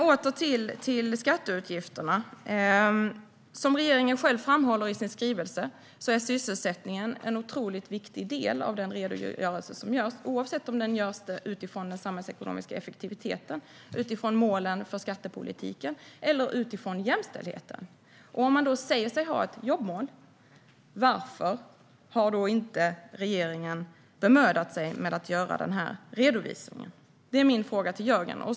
Åter till skatteutgifterna: Som regeringen själv framhåller i sin skrivelse är sysselsättningen en otroligt viktig del av den redogörelse som görs, oavsett om den görs utifrån den samhällsekonomiska effektiviteten, utifrån målen för skattepolitiken eller utifrån jämställdheten. Om man då säger sig ha ett jobbmål, varför har då inte regeringen bemödat sig om att göra den här redovisningen? Det är min fråga till Jörgen Hellman.